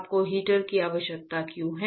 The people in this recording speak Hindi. आपको हीटर की आवश्यकता क्यों है